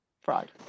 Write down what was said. fraud